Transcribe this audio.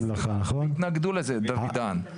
אבל התנגדו לזה כל הזמן.